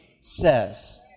says